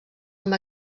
amb